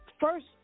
first